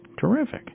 Terrific